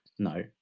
No